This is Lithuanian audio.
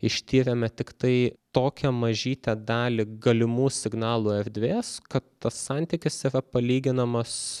ištyrėme tiktai tokią mažytę dalį galimų signalų erdvės kad tas santykis yra palyginamas